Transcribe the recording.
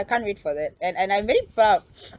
I can't wait for that and and I'm very proud